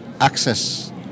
access